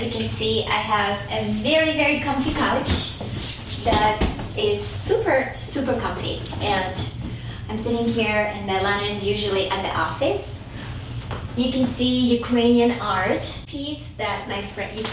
can see, i have a very very comfy couch that is super super comfy and i'm sitting here and that man is usually at the office you can see ukrainian art piece that my friend